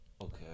Okay